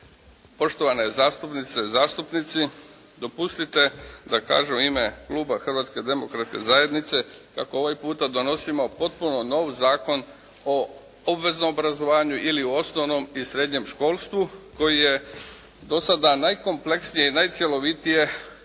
poštovane zastupnice, zastupnici. Dopustite da kažem u ime kluba Hrvatske demokratske zajednice kako ovaj puta donosimo potpuno nov Zakon o obveznom obrazovanju ili osnovnom i srednjem školstvu koji je do sada najkompleksnije i najcjelovitije zahvatio